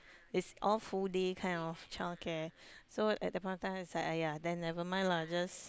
it's all full day kind of child care so at that point of time it's like !aiya! then never mind lah just